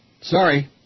Sorry